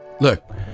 Look